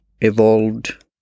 evolved